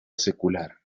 secular